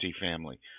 family